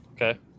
Okay